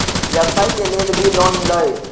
व्यवसाय के लेल भी लोन मिलहई?